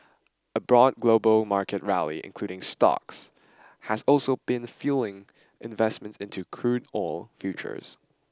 a broad global market rally including stocks has also been fuelling investments into crude oil futures